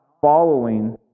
following